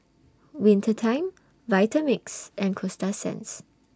Winter Time Vitamix and Coasta Sands